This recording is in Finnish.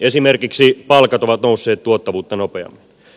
esimerkiksi palkat ovat nousseet tuottavuutta nopeammin